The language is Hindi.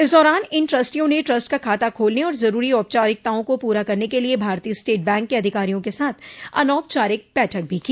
इस दौरान इन ट्रस्टियों ने ट्रस्ट का खाता खोलने और जरूरी औपचारिकताओं को पूरा करने के लिये भारतीय स्टेट बैंक के अधिकारियों के साथ अनौपचारिक बैठक भी की